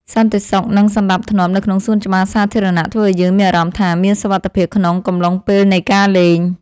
សន្តិសុខ និងសណ្តាប់ធ្នាប់នៅក្នុងសួនច្បារសាធារណៈធ្វើឱ្យយើងមានអារម្មណ៍ថា មានសុវត្ថិភាពក្នុងកំឡុងពេលនៃការលេង។